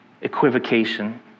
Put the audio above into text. equivocation